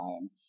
time